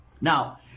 Now